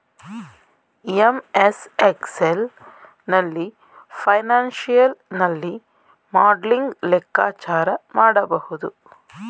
MS Excel ನಲ್ಲಿ financial ನಲ್ಲಿ modelling ಲೆಕ್ಕಾಚಾರ ಮಾಡಬಹುದು